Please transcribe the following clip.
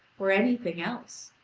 or anything else.